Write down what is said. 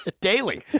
daily